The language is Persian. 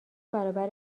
برابر